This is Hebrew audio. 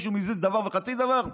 מישהו מזיז דבר וחצי דבר?